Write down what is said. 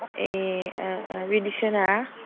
ए बिदिसोना